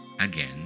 Again